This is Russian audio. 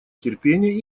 терпение